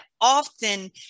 often